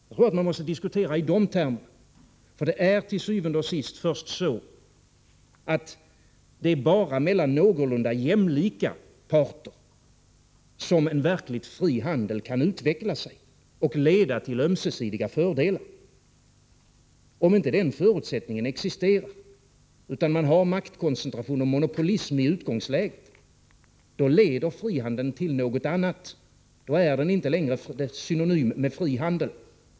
Jag tror att man måste diskutera i dessa termer, för det är til syvende og sidst så, att det är mellan någorlunda jämlika parter som verkligt fri handel kan utveckla sig och leda till ömsesidiga fördelar. Om inte den förutsättningen existerar utan man har maktkoncentration och monopolism i utgångsläget, leder frihandeln till något annat. Då är den inte längre synonym med fri handel.